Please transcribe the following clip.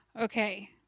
Okay